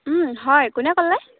হয় কোনে ক'লে